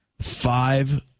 five